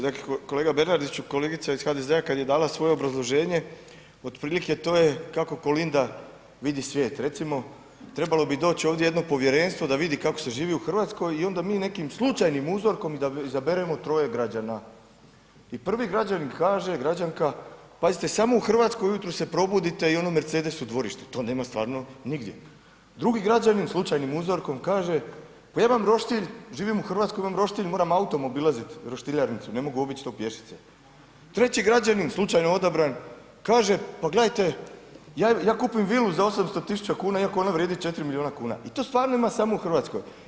Dakle, kolega Bernardiću, kolegica iz HDZ-a kad je dala svoje obrazloženje otprilike to je kako Kolinda vidi svijet, recimo trebalo bi doć ovdje jedno povjerenstvo da vidi kako se živi u RH i onda mi nekim slučajnim uzorkom izaberemo troje građana i prvi građanin kaže, građanka, pazite samo u RH ujutro se probudite i ono Mercedes u dvorištu, to nema stvarno nigdje, drugi građanin slučajnim uzorkom kaže, pa ja imam roštilj, živim u RH, imam roštilj, moram autom obilazit roštiljarnicu, ne mogu obić to pješice, treći građanin slučajno odabran kaže, pa gledajte ja kupujem vilu za 800.000,00 kn iako ona vrijedi 4 milijuna kuna i to stvarno ima samo u RH.